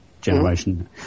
generation